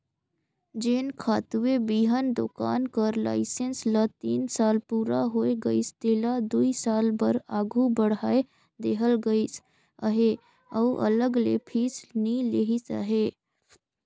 जेन खातूए बीहन दोकान कर लाइसेंस ल तीन साल पूरा होए गइस तेला दुई साल बर आघु बढ़ाए देहल गइस अहे अउ अलग ले फीस नी लेहिस अहे